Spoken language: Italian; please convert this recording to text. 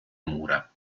mura